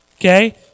Okay